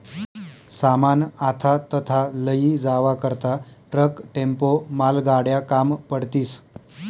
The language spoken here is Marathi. सामान आथा तथा लयी जावा करता ट्रक, टेम्पो, मालगाड्या काम पडतीस